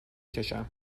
کشم